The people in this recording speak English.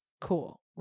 cool